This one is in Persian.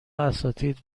اساتید